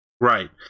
Right